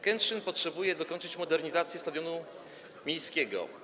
Kętrzyn potrzebuje dokończyć modernizację stadionu miejskiego.